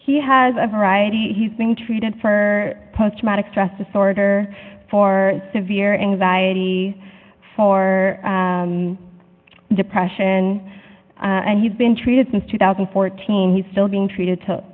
he has a variety he's being treated for post traumatic stress disorder for severe anxiety for depression and he's been treated since two thousand and fourteen he's still being treated t